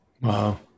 Wow